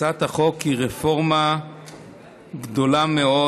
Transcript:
הצעת החוק היא רפורמה גדולה מאוד